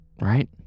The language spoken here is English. Right